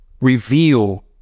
reveal